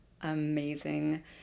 amazing